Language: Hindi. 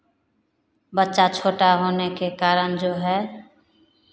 बच्चा छोटा होने के कारण जो है